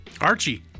Archie